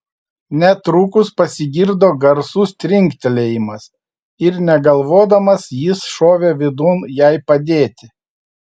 netrukus pasigirdo garsus trinktelėjimas ir negalvodamas jis šovė vidun jai padėti